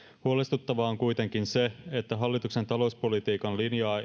huolestuttavaa on kuitenkin se että hallituksen talouspolitiikan linjaa